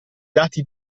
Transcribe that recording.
dati